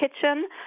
kitchen